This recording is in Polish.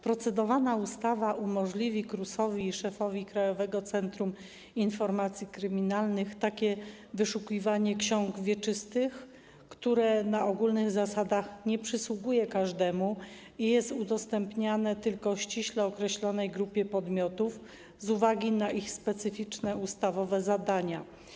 Procedowana ustawa umożliwi KRUS-owi i szefowi Krajowego Centrum Informacji Kryminalnych takie wyszukiwanie ksiąg wieczystych, które wykracza poza ogólne zasady i nie przysługuje każdemu, a jest udostępniane tylko ściśle określonej grupie podmiotów z uwagi na ich specyficzne ustawowe zadania.